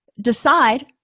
decide